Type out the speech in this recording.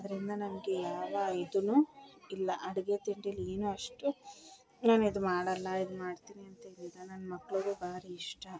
ಅದರಿಂದ ನನಗೆ ಯಾವ್ಯಾವ ಇದೂ ಇಲ್ಲ ಅಡುಗೆ ತಿಂಡೀಲಿ ಏನು ಅಷ್ಟು ಏನು ಇದು ಮಾಡಲ್ಲ ಇದು ಮಾಡ್ತೀನಿ ಅಂತ ಏನಿಲ್ಲ ನನ್ನ ಮಕ್ಳಿಗೂ ಬಾರಿ ಇಷ್ಟ